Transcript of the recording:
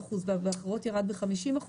ב-15% ובאחרות ירד ב-50%,